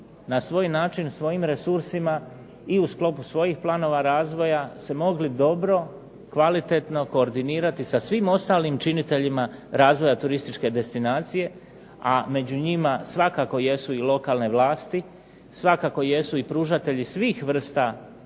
na svoj način svojim resursima i u sklopu svojih planova razvoja se mogli dobro, kvalitetno koordinirati sa svim ostalim činiteljima razvoja turističke destinacije, a među njima svakako jesu i lokalne vlasti, svakako jesu i pružatelji svih vrsta ugostiteljskih,